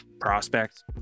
prospect